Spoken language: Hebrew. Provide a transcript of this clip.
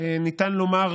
ניתן לומר,